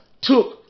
Took